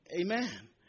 Amen